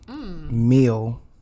meal